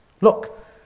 Look